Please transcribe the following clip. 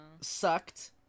sucked